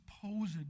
supposed